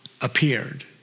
appeared